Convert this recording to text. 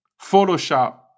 Photoshop